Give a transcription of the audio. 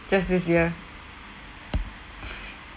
just this year